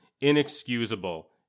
inexcusable